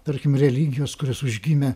tarkim religijos kurios užgimė